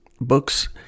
books